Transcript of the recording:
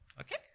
Okay